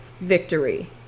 victory